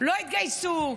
לא יתגייסו,